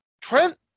Trent